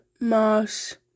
Moss